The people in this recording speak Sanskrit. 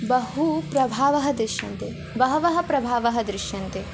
बहु प्रभावः दृश्यते बहवः प्रभावः दृश्यते